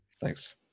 Thanks